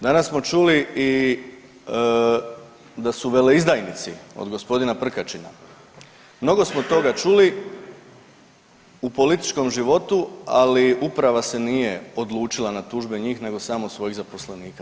Danas smo čuli i da su veleizdajnici, od g. Prkačina, mnogo smo toga čuli u političkom životu, ali Uprava se nije odlučila na tužbe njih, nego samo svojih zaposlenika.